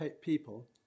people